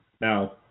Now